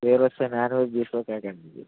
ఏ రోజు non veg తీసుకోకకండి